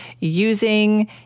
using